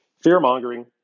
fear-mongering